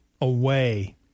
away